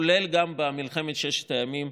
כולל במלחמת ששת הימים,